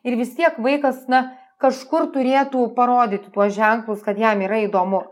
ir vis tiek vaikas na kažkur turėtų parodyti tuos ženklus kad jam yra įdomu